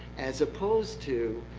as opposed to